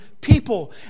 people